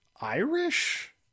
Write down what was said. Irish